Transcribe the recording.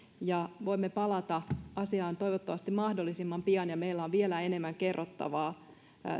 ja voimme palata asiaan toivottavasti mahdollisimman pian ja meillä on vielä enemmän kerrottavaa